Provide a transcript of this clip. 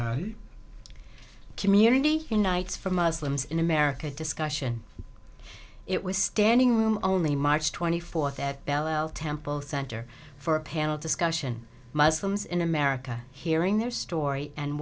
late community unites for muslims in america discussion it was standing room only march twenty fourth at belle isle temple center for a panel discussion muslims in america hearing their story and